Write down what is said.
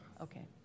Okay